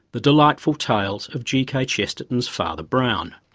the delightful tales of g k chesterton's father brown.